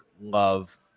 love